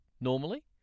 normally